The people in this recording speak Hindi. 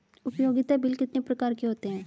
उपयोगिता बिल कितने प्रकार के होते हैं?